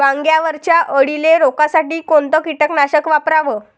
वांग्यावरच्या अळीले रोकासाठी कोनतं कीटकनाशक वापराव?